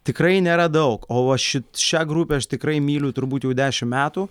tikrai nėra daug o va ši šią grupę aš tikrai myliu turbūt jau dešim metų